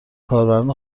کاربران